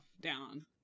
down